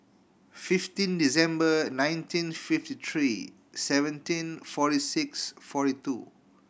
fifteen December nineteen fifty three seventeen forty six forty two